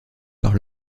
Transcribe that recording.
par